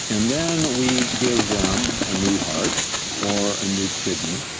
and then we give them a new heart or a new kidney,